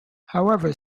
however